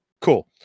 Cool